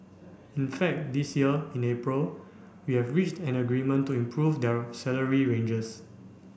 in fact this year in April we have reached an agreement to improve their salary ranges